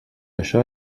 això